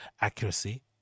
accuracy